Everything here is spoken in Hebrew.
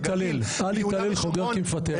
חבר הכנסת טור פז, קשה לך לשמוע, האמת כואבת.